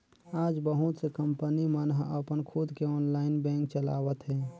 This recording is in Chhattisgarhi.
आज बहुत से कंपनी मन ह अपन खुद के ऑनलाईन बेंक चलावत हे